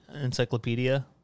encyclopedia